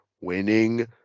Winning